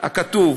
הכתוב